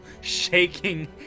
shaking